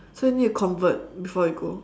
so you need to convert before you go